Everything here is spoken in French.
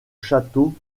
château